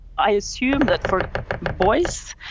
i assume that for boys,